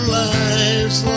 lives